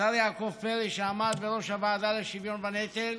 השר יעקב פרי, שעמד בראש הוועדה לשוויון בנטל,